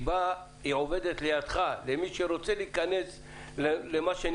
היא עובדת לידך למי שרוצה להיכנס לעסק,